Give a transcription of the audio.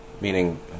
meaning